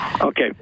Okay